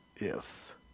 Yes